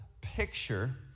picture